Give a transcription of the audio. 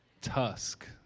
Tusk